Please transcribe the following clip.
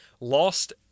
lost